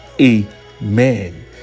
amen